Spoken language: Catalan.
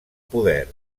poder